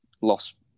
loss